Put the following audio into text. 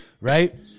right